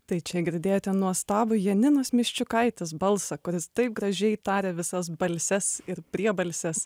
tai čia girdėjote nuostabų janinos miščiukaitės balsą kuris taip gražiai taria visas balses ir priebalses